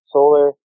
Solar